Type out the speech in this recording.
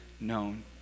known